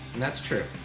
and that's true.